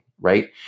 right